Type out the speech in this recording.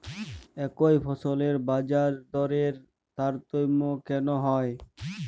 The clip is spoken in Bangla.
একই ফসলের বাজারদরে তারতম্য কেন হয়?